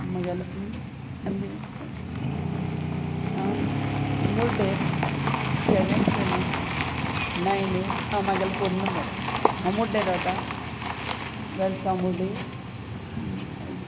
म्हगेलो आनी किदें जालें आं मुरडेर सेवेन सेवेन नायन एट आं म्हागेलो फोन नंबर हांव मुर्डेर रावतां वेलसांव मुर्डे